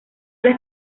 las